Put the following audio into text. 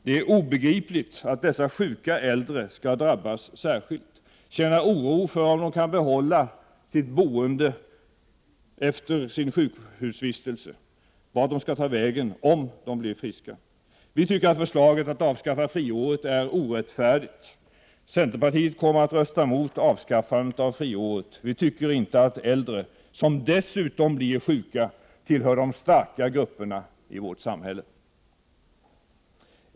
Det är obegripligt att dessa sjuka äldre skall drabbas särskilt, känna oro över om de kan behålla sin bostad efter sin sjukhusvistelse, över vart de skall ta vägen om de blir friska. Vi tycker att förslaget att avskaffa friåret är orättfärdigt. Centerpartiet kommer att rösta mot avskaffandet av friåret. Vi tycker inte att äldre, som dessutom blir sjuka, tillhör de starka grupperna i vårt samhälle.